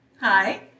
Hi